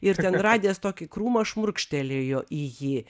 ir ten radęs tokį krūmą šmurkštelėjo į jį